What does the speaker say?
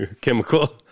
Chemical